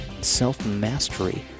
Self-mastery